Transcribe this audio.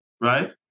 right